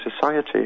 society